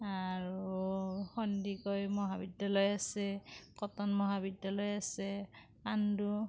আৰু সন্দিকৈ মহাবিদ্যালয় আছে কটন মহাবিদ্যালয় আছে পাণ্ডু